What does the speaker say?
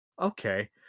okay